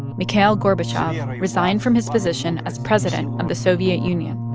mikhail gorbachev resigned from his position as president of the soviet union,